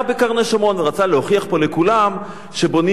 ורצה להוכיח פה לכולם שבונים בקרני-שומרון.